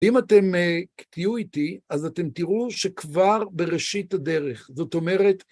אם אתם תהיו איתי, אז אתם תראו שכבר בראשית הדרך, זאת אומרת...